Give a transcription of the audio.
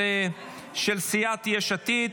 של סיעת יש עתיד.